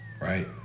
Right